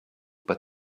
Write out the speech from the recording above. but